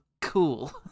cool